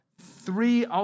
three